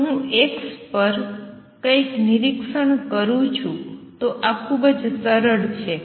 જો હું x પર કંઇક નિરીક્ષણ કરું છું તો આ ખૂબ જ સરળ છે